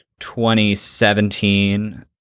2017